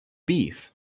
beef